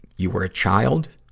you were a child,